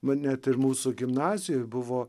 nu net ir mūsų gimnazijoj buvo